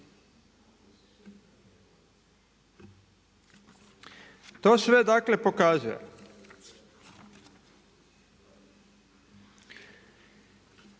To sve, dakle pokazuje